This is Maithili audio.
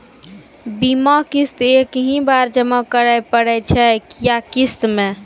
बीमा किस्त एक ही बार जमा करें पड़ै छै या किस्त मे?